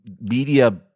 media –